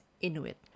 Inuit